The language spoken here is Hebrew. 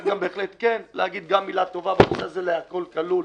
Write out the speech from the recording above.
צריך להגיד גם מילה טובה בנושא הזה ל"הכול כלול",